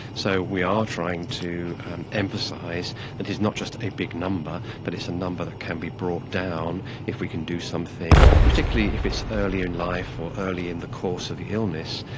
so we are trying to emphasise that it's not just a big number but it's a number that can be brought down if we can do something, particularly if it's earlier in life or early in the course of the illness,